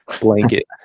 blanket